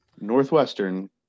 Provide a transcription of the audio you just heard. Northwestern